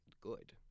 good